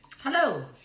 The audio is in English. Hello